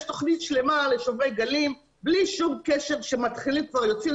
יש תוכנית שלמה לשוברי גלים בלי שום קשר וכבר יוצאים